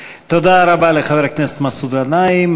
תודה רבה לחבר הכנסת מסעוד גנאים.